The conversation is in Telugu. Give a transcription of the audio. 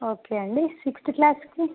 ఓకే అండి సిక్స్త్ క్లాస్కి